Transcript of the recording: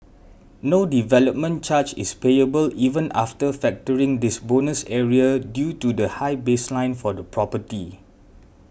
no development charge is payable even after factoring this bonus area due to the high baseline for the property